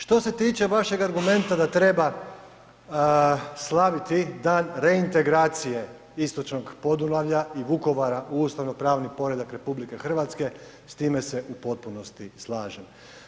Što se tiče vašeg argumenta da treba slaviti dan reintegracije istočnog Podunavlja i Vukovara u ustavno-pravni poredak RH, s time se u potpunosti slažem.